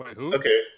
okay